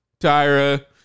Tyra